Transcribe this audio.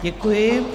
Děkuji.